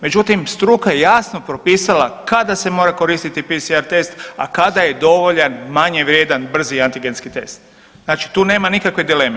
Međutim, struka je jasno propisala kada se mora koristiti PCR test, a kada je dovoljan manje vrijedan brzi antigenski test, znači tu nema nikakve dileme.